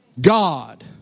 God